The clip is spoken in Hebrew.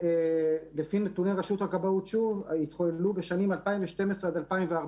ולפי נתוני רשות הכבאות התחוללו בשנים 2012 עד 2014